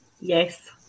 Yes